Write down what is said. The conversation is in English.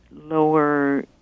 lower